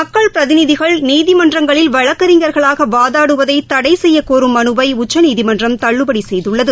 மக்கள் பிரதிநிதிகள் நீதிமன்றங்களில் வழக்கறிஞர்களாக வாதாடுவதை தடை செய்யக்கோரும் மனுவை உச்சநீதிமன்றம் தள்ளுபடி செய்துள்ளது